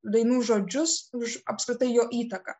dainų žodžius už apskritai jo įtaką